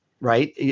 Right